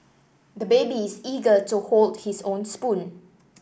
the baby is eager to hold his own spoon